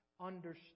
understand